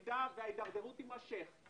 הרי ההיטל על הנחושת יעלה את מחיר הנחושת.